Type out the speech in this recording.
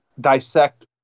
dissect